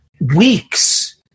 weeks